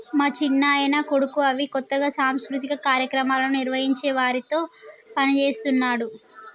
మా చిన్నాయన కొడుకు అవి కొత్తగా సాంస్కృతిక కార్యక్రమాలను నిర్వహించే వారితో పనిచేస్తున్నాడు